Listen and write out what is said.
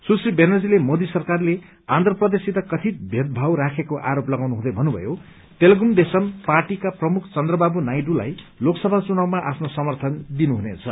सुश्री ब्यानर्जीले मोदी सरकारले आन्ध्र प्रदेशसित कथित भेदभाव राखेको आरोप लगाउनुहुँदै भन्नुभयो तेलगुदेशम पार्टीका प्रमुख चन्द्रबाबु नायडुलाई लोकसभा चुनावमा आफ्नो समर्थन दिनुहुनेछ